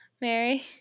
Mary